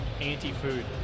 anti-food